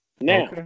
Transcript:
Now